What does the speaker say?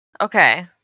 Okay